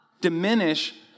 diminish